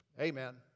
Amen